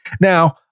Now